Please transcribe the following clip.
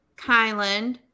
kylan